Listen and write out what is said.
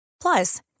Plus